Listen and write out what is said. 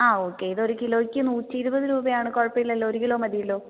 ആ ഓക്കേ ഇത് ഒരു കിലോയ്ക്ക് നൂറ്റി ഇരുപത് രൂപ ആണ് കുഴപ്പമില്ലല്ലോ ഒരു കിലോ മതിയല്ലൊ